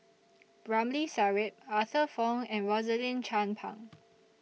Ramli Sarip Arthur Fong and Rosaline Chan Pang